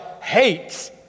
hates